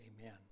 amen